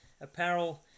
apparel